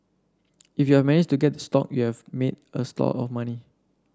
if you are managed to get the stock you have made a stock of money